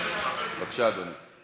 בבקשה, אדוני.